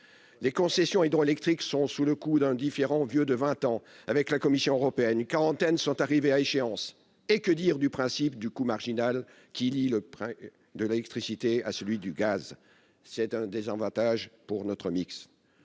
Les concessions hydroélectriques sont sous le coup d'un différend vieux de vingt ans avec la Commission européenne ; une quarantaine d'entre elles sont arrivées à échéance. Et que dire du principe du coût marginal, qui lie le prix de l'électricité à celui du gaz ? Il s'agit d'un désavantage pour notre mix